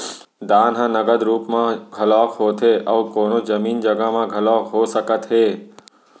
दान ह नगद रुप म घलोक होथे अउ कोनो जमीन जघा म घलोक हो सकत हे